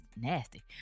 nasty